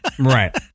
Right